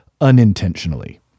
unintentionally